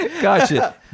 Gotcha